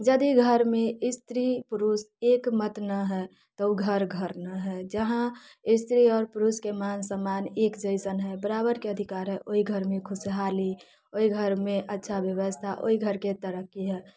यदि घरमे स्त्री पुरुष एक मत नहि हय तऽ ओ घर घर नहि हय जहाँ स्त्री आओर पुरुषके मान सम्मान एक जइसन हय बराबरके अधिकार हय ओहि घरमे खुशहाली ओहि घरमे अच्छा व्यवस्था ओहि घरके तरक्की हय